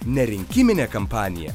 ne rinkiminė kampanija